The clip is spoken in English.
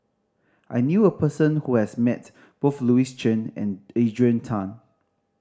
I knew a person who has met both Louis Chen and Adrian Tan